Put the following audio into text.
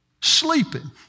sleeping